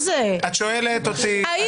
את שואלת אותי,